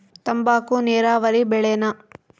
ತಂಬಾಕು ನೇರಾವರಿ ಬೆಳೆನಾ?